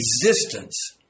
existence